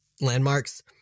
landmarks